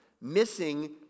missing